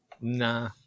nah